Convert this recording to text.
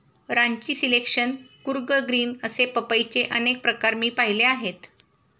Ranchi selection, Coorg green असे पपईचे अनेक प्रकार मी पाहिले आहेत